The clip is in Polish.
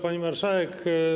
Pani Marszałek!